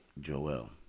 Joel